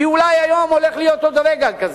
שאולי היום הולך להיות עוד רגע כזה,